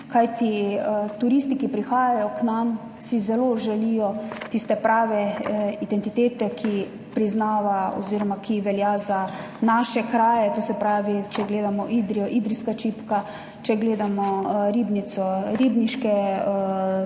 Kajti, turisti, ki prihajajo k nam, si zelo želijo tiste prave identitete, ki priznava oziroma ki velja za naše kraje. To se pravi, če gledamo Idrijo, idrijska čipka, če gledamo Ribnico, ribniške